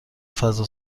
فضا